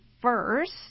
first